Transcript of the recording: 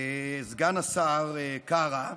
סגן השר קארה,